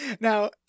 now